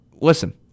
listen